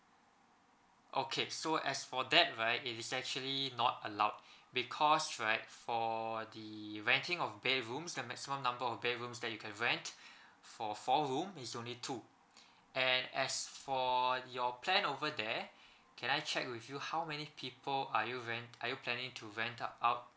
okay so as for that right it is actually not allowed because right for the renting of bedrooms the maximum number of bedrooms that you can rent for four room is only two and as for your plan over there can I check with you how many people are you rent are you planning to rent out